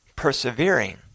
persevering